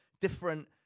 different